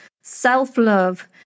self-love